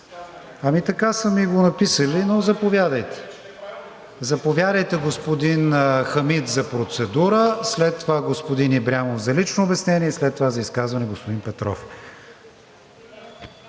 Така са ми го написали, но заповядайте, господин Хамид, за процедура. След това господин Ибрямов за лично обяснение и след това за изказване – господин Петров.